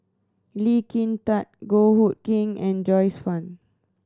Lee Kin Tat Goh Hood Keng and Joyce Fan